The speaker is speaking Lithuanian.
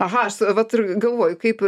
aha aš vat ir galvoju kaip